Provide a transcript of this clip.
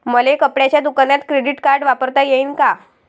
मले कपड्याच्या दुकानात क्रेडिट कार्ड वापरता येईन का?